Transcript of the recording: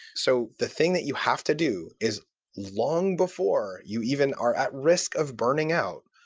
so the thing that you have to do is long before you even are at risk of burning out,